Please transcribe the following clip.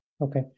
Okay